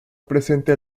presente